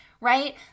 right